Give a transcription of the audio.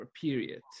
period